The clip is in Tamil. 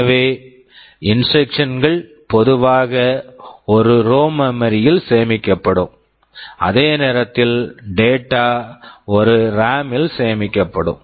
எனவே இன்ஸ்ட்ரக்க்ஷன்ஸ் instructions கள் பொதுவாக ஒரு ரோம் ROM மெமரி memory ல் சேமிக்கப்படும் அதே நேரத்தில் டேட்டா data ஒரு ரேம் RAM ல் சேமிக்கப்படும்